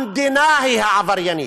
המדינה היא העבריינית,